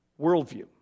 worldview